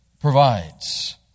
provides